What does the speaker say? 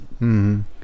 -hmm